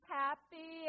happy